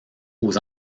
aux